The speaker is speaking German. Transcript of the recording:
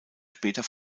später